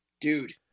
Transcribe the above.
dude